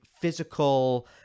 physical